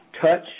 touch